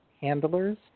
handlers